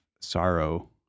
sorrow